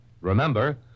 Remember